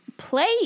play